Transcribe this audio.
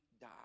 die